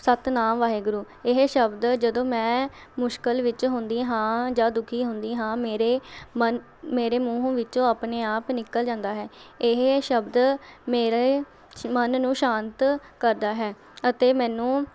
ਸਤਿਨਾਮ ਵਾਹਿਗੁਰੂ ਇਹ ਸ਼ਬਦ ਜਦੋਂ ਮੈਂ ਮੁਸ਼ਕਿਲ ਵਿੱਚ ਹੁੰਦੀ ਹਾਂ ਜਾਂ ਦੁੱਖੀ ਹੁੰਦੀ ਹਾਂ ਮੇਰੇ ਮਨ ਮੇਰੇ ਮੂੰਹ ਵਿੱਚੋਂ ਆਪਣੇ ਆਪ ਨਿੱਕਲ ਜਾਂਦਾ ਹੈ ਇਹ ਸ਼ਬਦ ਮੇਰੇ ਮਨ ਨੂੰ ਸ਼ਾਤ ਕਰਦਾ ਹੈ ਅਤੇ ਮੈਨੂੰ